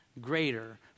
greater